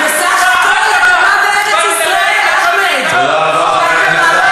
בית-המשפט העליון אמר את זה בחומרה רבה.